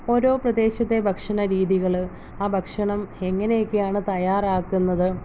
ഓരോ പ്രദേശത്തെ ഭഷണരീതികള് ആ ഭക്ഷണം എങ്ങനെയൊക്കെയാണ് തയ്യാറാക്കുന്നത്